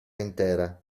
intera